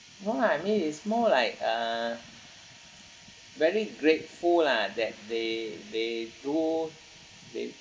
what I mean more like uh very grateful lah that they they do they